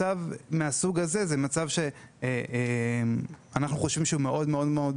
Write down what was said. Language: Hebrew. אנחנו חושבים שמצב מהסוג הזה הוא מאוד בעייתי,